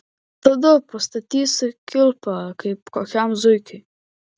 tada pastatysiu kilpą kaip kokiam zuikiui